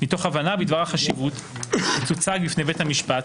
מתוך הבנה בדבר החשיבות כי תוצג בפני בית המשפט